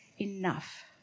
enough